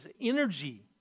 energy